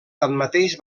tanmateix